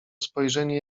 spojrzenie